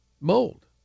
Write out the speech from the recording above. mold